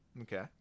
Okay